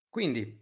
Quindi